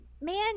man